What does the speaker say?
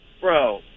Bro